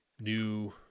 new